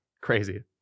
Crazy